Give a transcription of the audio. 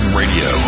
radio